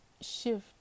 shift